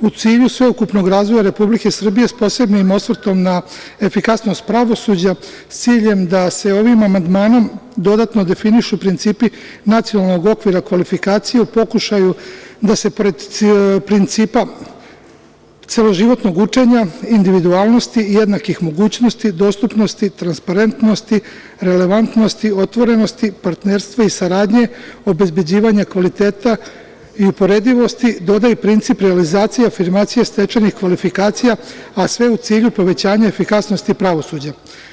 u cilju sveukupnog razvoja Republike Srbije s posebnim osvrtom na efikasnost pravosuđa, s ciljem da se ovim amandmanom dodatno definišu principi nacionalnog okvira kvalifikacija u pokušaju da se pored principa celoživotnog učenja, individualnosti, jednakih mogućnosti, dostupnosti, transparentnosti, relevantnosti, otvorenosti, partnerstva i saradnje, obezbeđivanja kvaliteta i uporedivosti, doda i princip realizacija, afirmacija stečenih kvalifikacija, a sve u cilju povećanja efikasnosti pravosuđa.